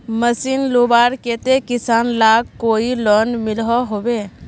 Machine लुबार केते किसान लाक कोई लोन मिलोहो होबे?